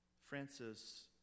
Francis